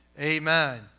Amen